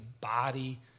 body